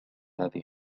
هذه